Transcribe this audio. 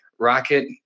rocket